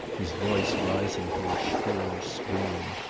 his voice rising to a shrill scream.